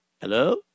Hello